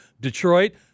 Detroit